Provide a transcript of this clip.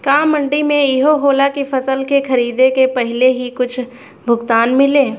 का मंडी में इहो होला की फसल के खरीदे के पहिले ही कुछ भुगतान मिले?